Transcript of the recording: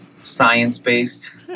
science-based